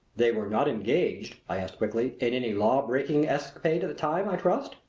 they were not engaged, i asked quickly, in any lawbreaking escapade at the time, i trust!